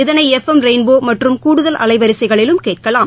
இதனை FM rainbow மற்றும் கூடுதல் அலைவரிசைகளிலும் கேட்கலாம்